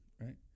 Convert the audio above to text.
right